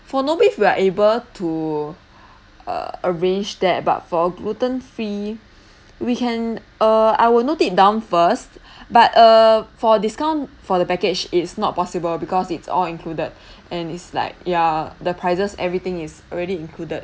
for no beef we are able to err arrange that but for gluten free we can err I will note it down first but err for discount for the package it's not possible because it's all included and it's like ya the prices everything is already included